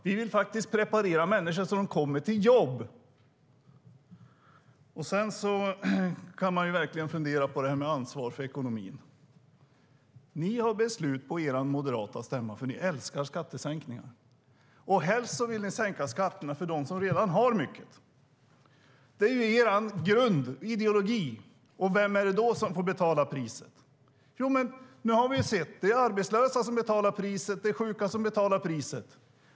Vi vill preparera människor så att de kommer till jobb. Sedan kan man verkligen fundera på det här med ansvar för ekonomin. Ni har beslut från er moderata stämma, för ni älskar skattesänkningar. Och helst vill ni sänka skatterna för dem som redan har mycket. Det är er grundideologi. Vem är det då som får betala priset? Jo, nu har vi ju sett att det är arbetslösa och sjuka som betalar priset.